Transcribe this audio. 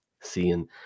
seeing